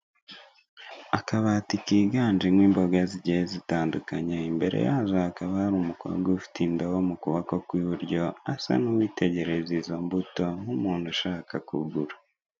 Akabati kiganjemo imboga zigiye zitandukanye imbere yazo hakaba hari umukobwa ufite indobo mukuboko kwiburyo asa nuwitegereza izo mbuto nkumuntu ushaka kugura.